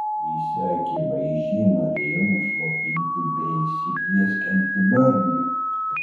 risia akivaizdžiai norėjo nuslopinti beįsiplieskiantį barnį